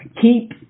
Keep